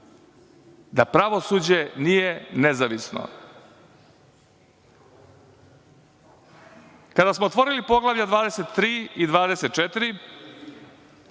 da pravosuđe nije nezavisno. Kada smo otvorili poglavlja 23 i 24,